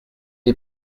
est